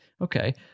Okay